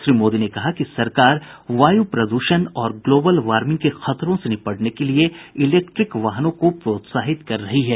श्री मोदी ने कहा कि सरकार वायु प्रदूषण और ग्लोबल वार्मिंग के खतरों से निपटने के लिए इलेक्ट्रिक वाहनों को प्रोत्साहित कर रही है